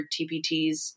TPTs